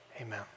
Amen